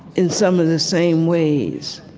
in some of the same ways.